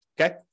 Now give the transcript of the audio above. okay